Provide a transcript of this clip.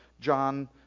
John